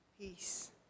peace